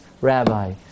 rabbi